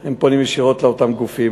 הם פונים ישירות לאותם גופים,